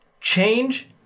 Change